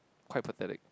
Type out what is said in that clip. quite pathetic